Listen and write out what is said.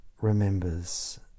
remembers